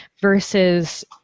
versus